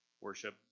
worship